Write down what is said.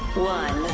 one.